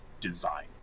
design